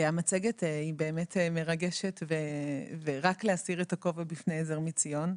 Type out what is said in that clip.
המצגת היא באמת מרגשת ונותר רק להסיר את הכובע בפני ׳עזר מציון׳.